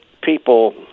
people